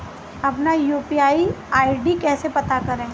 अपना UPI ID कैसे पता करें?